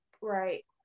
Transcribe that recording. Right